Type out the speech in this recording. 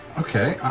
okay,